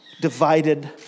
divided